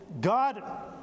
God